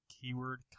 keyword